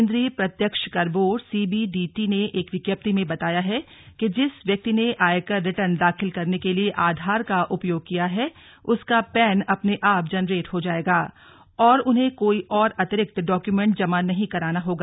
केंद्रीय प्रत्यक्ष कर बोर्ड सीबीडीटी ने एक विज्ञप्ति में बताया है कि जिस व्यक्ति ने आयकर रिटर्न दाखिल करने के लिए आधार का उपयोग किया है उसका पैन अपने आप जनरेट हो जाएगा और उन्हें कोई और अतिरिक्त डॉक्यूमेंट जमा नहीं कराना होगा